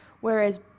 whereas